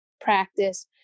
practice